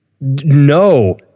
No